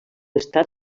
estat